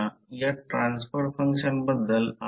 तर हे toroidal ring आहे असे मानले जाते